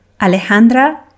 Alejandra